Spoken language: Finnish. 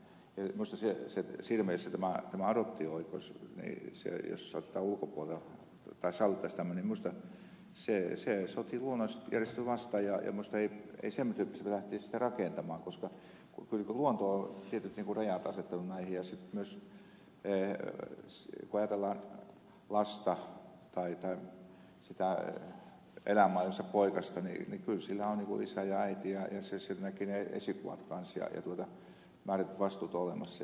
minusta siinä mielessä tämä adoptio oikeus jos sallittaisiin tällainen sotii luonnollista järjestelmää vastaan ja minusta ei sen tyyppisesti pidä lähteä sitä rakentamaan koska luonto on tietyt rajat asettanut näihin ja myös kun ajatellaan lasta sitä poikasta niin kyllä sillä on isä ja äiti ja se näkee esikuvat myös ja määrätyt vastuut on olemassa